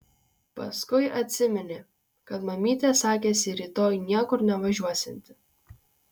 paskui atsiminė kad mamytė sakėsi rytoj niekur nevažiuosianti